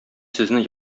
сезне